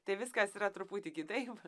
tai viskas yra truputį kitaip